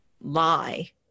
lie